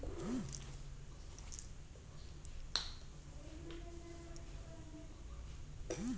ಸಮುದ್ರದ ನೀರು ಹಾವಿಯಾಗಿ ಮಳೆಯಾಗಿ ಸುರಿದು ಭೂಮಿಯ ಅಂತರ್ಜಲ ಹೆಚ್ಚಾಗಲು ಕಾರಣವಾಗಿದೆ